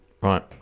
Right